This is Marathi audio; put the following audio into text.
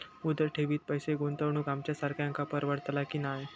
मुदत ठेवीत पैसे गुंतवक आमच्यासारख्यांका परवडतला की नाय?